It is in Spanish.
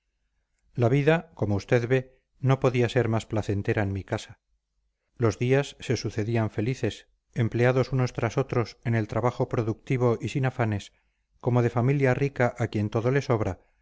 la vida como usted ve no podía ser más placentera en mi casa los días se sucedían felices empleados unos tras otros en el trabajo productivo y sin afanes como de familia rica a quien todo le sobra